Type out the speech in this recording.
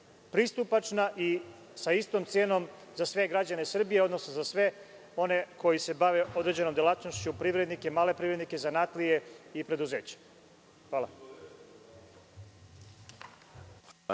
pristupačna i sa istom cenom za sve građane Srbije, odnosno za sve one koji se bave određenom delatnošću privrednike, male privrednike, zanatlije i preduzeća. Hvala.